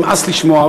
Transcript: נמאס לשמוע,